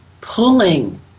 pulling